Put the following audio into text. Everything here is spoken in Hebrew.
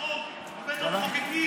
החוק זה בית המחוקקים,